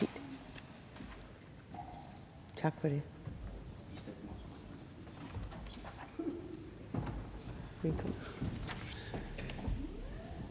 Tak for det. Så er der